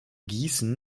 gießen